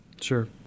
Sure